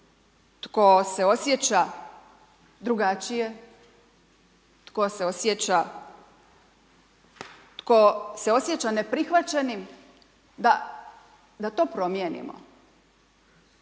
tko se osjeća drugačije, tko se osjeća ne prihvaćenim da to promijenimo.